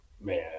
Man